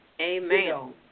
Amen